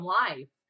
life